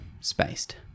Spaced